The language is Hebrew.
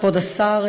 כבוד השר,